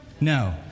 No